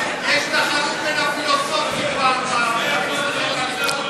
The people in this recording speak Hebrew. יש תחרות בין הפילוסופים אצלכם בליכוד.